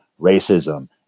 racism